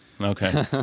Okay